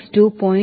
6 ರಿಂದ 0